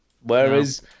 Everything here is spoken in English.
Whereas